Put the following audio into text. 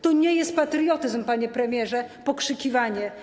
To nie jest patriotyzm, panie premierze - pokrzykiwanie.